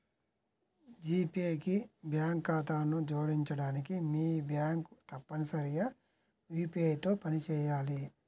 G pay కి bank ఖాతాను జోడించడానికి, మీ బ్యాంక్ తప్పనిసరిగా యూ.పీ.ఐ తో పనిచేయాలి